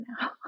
now